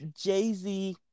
Jay-Z